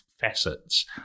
facets